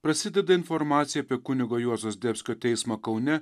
prasideda informacija apie kunigo juozo zdebskio teismą kaune